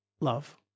love